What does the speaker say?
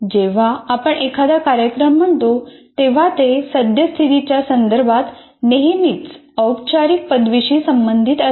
जेव्हा आपण एखादा कार्यक्रम म्हणतो तेव्हा ते सद्यस्थितीच्या संदर्भात नेहमीच औपचारिक पदवीशी संबंधित असते